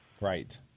Right